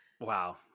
Wow